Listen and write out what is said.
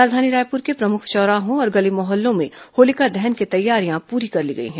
राजधानी रायपुर के प्रमुख चौराहों और गली मोहल्लों में होलिका दहन की तैयारियां पूरी कर ली गई हैं